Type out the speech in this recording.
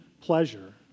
pleasure